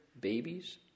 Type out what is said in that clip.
babies